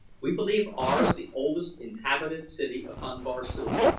we believe ours the oldest inhabited city upon barsoom.